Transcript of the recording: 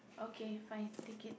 okay fine take it